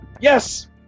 yes